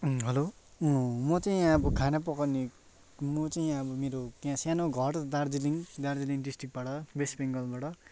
hello अँ म चाहिँ यहाँ अब खाना पकाउने म चाहिँ यहाँ अब मेरो यहाँ सानो घर दार्जिलिङ दार्जिलिङ डिस्ट्रिकबाट वेस्ट बेङ्गलबाट